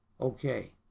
Okay